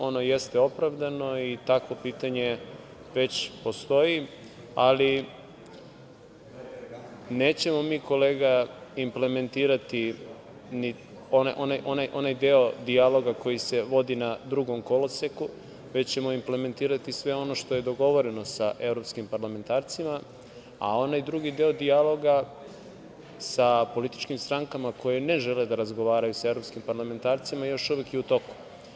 Ono jeste opravdano i takvo pitanje već postoji, ali nećemo mi, kolega, implementirati onaj deo dijaloga koji se vodi na drugom koloseku, već ćemo implementirati sve ono što je dogovoreno sa evropskim parlamentarcima, a onaj drugi deo dijaloga sa političkim strankama koje ne žele da razgovaraju sa evropskim parlamentarcima još uvek je u toku.